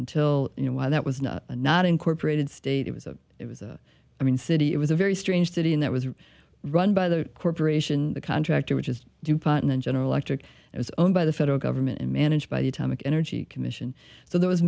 until you know why that was not incorporated state it was a it was a i mean city it was a very strange city and that was run by the corporation the contractor which is dupont and general electric it was owned by the federal government and managed by the atomic energy commission so there was